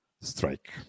strike